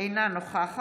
אינו נוכח